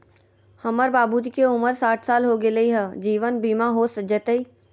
हमर बाबूजी के उमर साठ साल हो गैलई ह, जीवन बीमा हो जैतई?